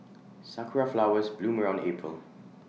Sakura Flowers bloom around April